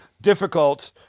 difficult